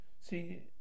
see